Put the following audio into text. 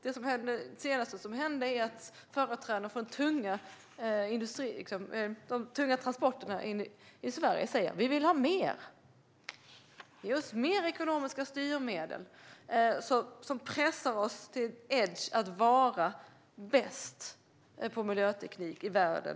Det senaste som hände var att företrädare för de tunga transporterna i Sverige sa: Vi vill ha mer! Ge oss mer ekonomiska styrmedel som pressar oss i Sverige till "edge" i att vara bäst på miljöteknik i världen!